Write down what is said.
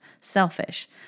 selfish